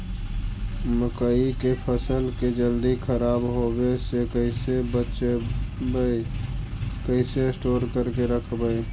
मकइ के फ़सल के जल्दी खराब होबे से कैसे बचइबै कैसे स्टोर करके रखबै?